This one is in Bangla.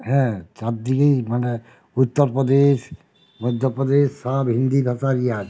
হ্যাঁ চার দিকেই মানে উত্তরপ্রদেশ মধ্যপ্রদেশ সব হিন্দি ভাষাই আছে